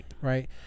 right